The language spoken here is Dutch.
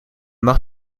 mag